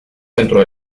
pentru